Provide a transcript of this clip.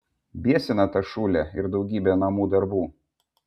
biesina ta šūlė ir daugybė namų darbų